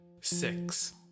six